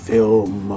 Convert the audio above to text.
Film